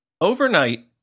Overnight